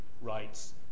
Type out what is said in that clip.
rights